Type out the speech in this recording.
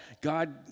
God